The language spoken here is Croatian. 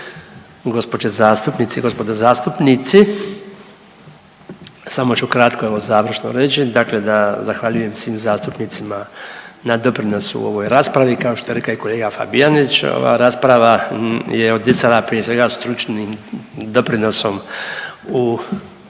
gospođe zastupnice i gospodo zastupnici. Samo ću kratko evo završno reći, dakle da zahvaljujem svim zastupnicima na doprinosu u ovoj raspravi, kao što je rekao i kolega Fabijanić ova rasprava je odisala prije svega stručnim doprinosom u